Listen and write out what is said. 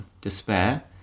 despair